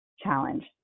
challenge